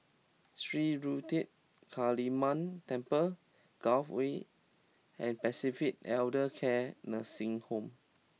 Sri Ruthra Kaliamman Temple Gul Way and Pacific Elder Care Nursing Home